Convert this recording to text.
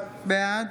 בעד